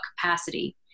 capacity